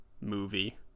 movie